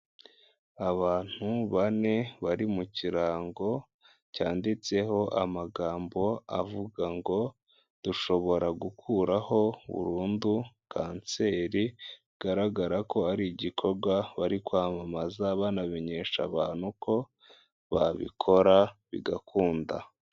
Abantu bane bari mu kirango cyanditseho amagambo avuga ngo 'dushobora gukuraho burundu kanseri' bigaragara ko ari igikorwa bari kwamamaza banamenyesha abantu ko babikora bigakunda.